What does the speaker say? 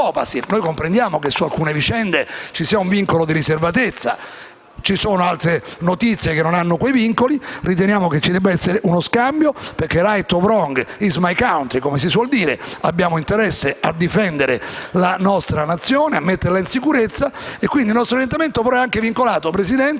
Comprendiamo che su alcune vicende vi sia un vincolo di riservatezza, ma ci sono altre notizie che non hanno quei vincoli e riteniamo che su quelle ci debba essere uno scambio, perché *right or wrong, is my country*. Abbiamo interesse a difendere la nostra nazione e a metterla in sicurezza. Il nostro orientamento, però, è anche vincolato, signor